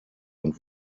und